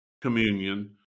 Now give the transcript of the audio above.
communion